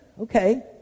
okay